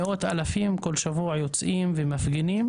מאות אלפים כל שבוע יוצאים ומפגינים